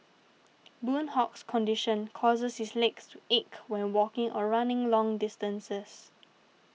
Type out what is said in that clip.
Boon Hock's condition causes his legs to ache when walking or running long distances